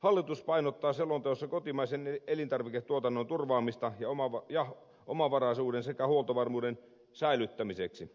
hallitus painottaa selonteossa kotimaisen elintarviketuotannon turvaamista omavaraisuuden sekä huoltovarmuuden säilyttämiseksi